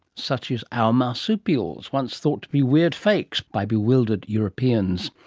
such as our marsupials, once thought to be weird fakes by bewildered europeans.